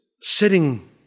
sitting